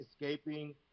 escaping